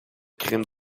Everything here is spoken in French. crimes